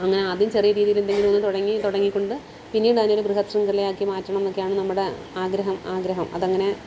അങ്ങനെ ആദ്യം ചെറിയ രീതിയിൽ എന്തെങ്കിലും ഒന്ന് തുടങ്ങി തുടങ്ങിക്കൊണ്ട് പിന്നീട് അതിനെ ഒരു ബൃഹത്ത് ശൃംഖലയാക്കി മാറ്റണം എന്നൊക്കെയാണ് നമ്മുടെ ആഗ്രഹം ആഗ്രഹം അതങ്ങനെ